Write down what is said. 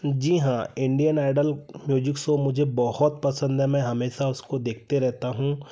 जी हाँ Indian idol music show मुझे बहुत पसंद है मैं हमेशा उसको देखते रहता हूँ